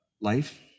life